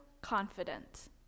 confident